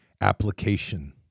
Application